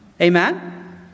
Amen